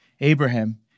Abraham